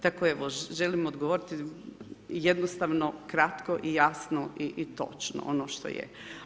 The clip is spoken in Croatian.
Tako evo želim odgovoriti jednostavno, kratko i jasno i točno ono što je.